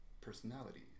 personality